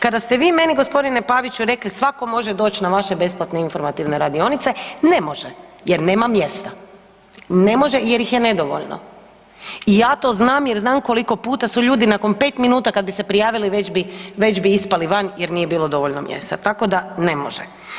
Kada ste vi meni g. Paviću rekli svako može doć na vaše besplatne informativne radionice, ne može jer nema mjesta, ne može jer ih je nedovoljno i ja to znam jer znam koliko puta su ljudi nakon 5 minuta kad bi se prijavili već bi, već bi ispali van jer nije bilo dovoljno mjesta, tako da ne može.